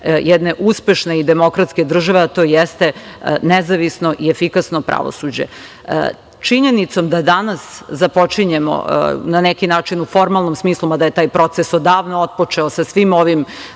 jedne uspešne i demokratske države, a to jeste nezavisno i efikasno pravosuđe. Činjenicom da danas započinjemo na neki način u formalnom smislu, mada je taj proces odavno otpočeo sa svim ovim